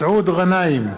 מסעוד גנאים,